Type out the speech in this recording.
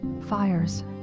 fires